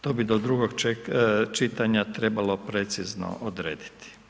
To bi do drugog čitanja trebalo precizno odrediti.